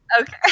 Okay